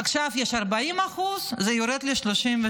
עכשיו יש 40%, זה יורד ל-33%.